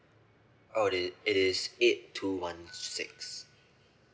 oh it it is eight two one six